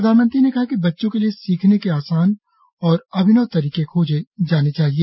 प्रधानमंत्री ने कहा कि बच्चों के लिए सीखने के आसान और अभिनव तरीके खोजे जाने चाहिए